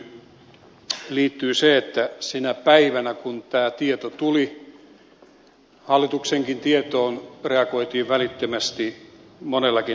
tähän tietysti liittyy se että sinä päivänä kun tämä tieto tuli hallituksenkin tietoon reagoitiin välittömästi monellakin asialla